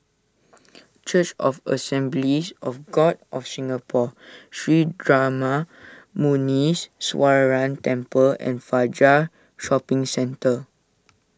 Church of the Assemblies of God of Singapore Sri Darma Muneeswaran Temple and Fajar Shopping Centre